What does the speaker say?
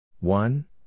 One